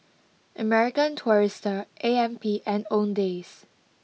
American Tourister A M P and Owndays